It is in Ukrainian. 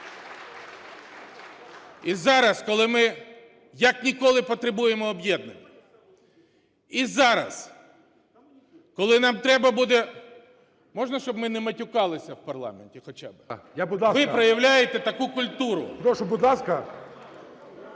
І зараз, коли ми, як ніколи, потребуємо об'єднання, і зараз, коли нам треба буде... Можна, щоб ми не матюкалися в парламенті хоча би? ГОЛОВУЮЧИЙ. Будь